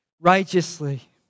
righteously